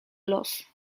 los